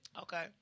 Okay